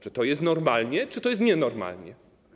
Czy to jest normalne, czy to jest nienormalne?